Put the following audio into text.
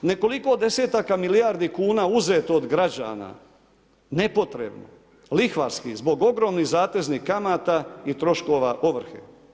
Nekoliko desetaka milijardi kuna uzeto od građana nepotrebno, lihvarski zbog ogromnih zateznih kamata i troškova ovrha.